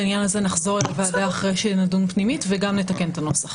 בעניין הזה נחזור אל הוועדה אחרי שנדון פנימית וגם נתקן את הנוסח.